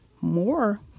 more